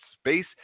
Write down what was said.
space